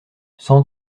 cent